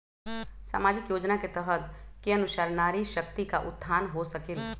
सामाजिक योजना के तहत के अनुशार नारी शकति का उत्थान हो सकील?